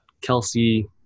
Kelsey